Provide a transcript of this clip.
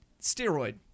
steroid